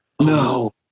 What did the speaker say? no